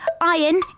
Iron